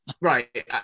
right